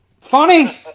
Funny